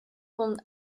von